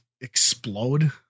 explode